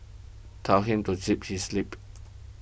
tell him to zip his lip